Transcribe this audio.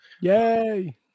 Yay